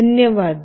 धन्यवाद